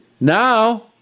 Now